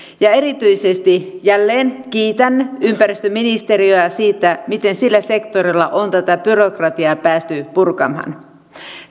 erityisesti jälleen kiitän ympäristöministeriötä siitä miten sillä sektorilla on tätä byrokratiaa päästy purkamaan